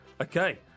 Okay